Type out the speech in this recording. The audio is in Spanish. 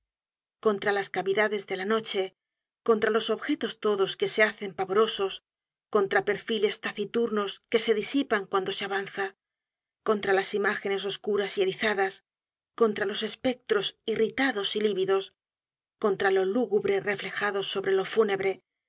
contra las cavidades de la noche contra los objetos todos que se hacen pavorosos contra perfiles taciturnos que se disipan cuando se avanza contra las imágenes oscuras y erizadas contra los espectros irritados y lívidos contra lo lúgubre reflejado sobre lo fúnebre